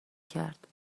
کرد